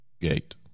gate